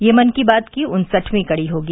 यह मन की बात की उन्सठवीं कड़ी होगी